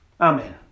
Amen